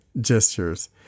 gestures